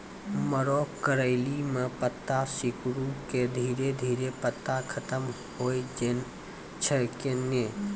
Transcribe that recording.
मरो करैली म पत्ता सिकुड़ी के धीरे धीरे पत्ता खत्म होय छै कैनै?